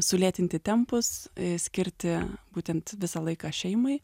sulėtinti tempus skirti būtent visą laiką šeimai